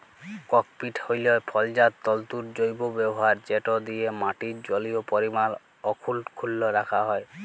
cocopeat হ্যইল ফলজাত তল্তুর জৈব ব্যাভার যেট দিঁয়ে মাটির জলীয় পরিমাল অখ্খুল্ল রাখা যায়